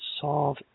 solve